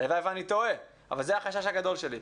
הלוואי ואני טועה אבל זה החשש הגדול שלי.